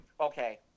Okay